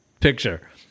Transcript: picture